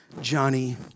Johnny